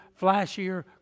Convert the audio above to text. flashier